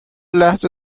لحظه